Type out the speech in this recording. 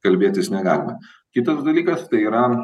kalbėtis negalima kitas dalykas tai yra